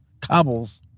cobbles